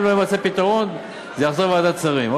אם לא יימצא פתרון זה יחזור לוועדת השרים.